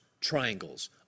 triangles